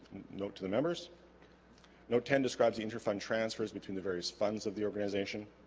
note to the members note ten describes the interfund transfers between the various funds of the organization